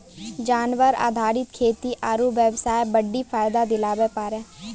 जानवर आधारित खेती आरू बेबसाय बड्डी फायदा दिलाबै पारै